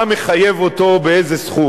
מה מחייב אותו באיזה סכום.